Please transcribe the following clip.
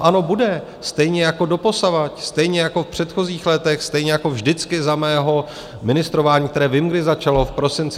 Ano, bude stejně jako doposavad, stejně jako v předchozích letech, stejně jako vždycky za mého ministrování které vím, kdy začalo, v prosinci 2021.